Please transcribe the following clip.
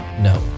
no